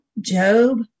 Job